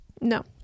No